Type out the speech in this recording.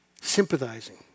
Sympathizing